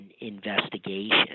investigation